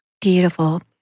Beautiful